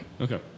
Okay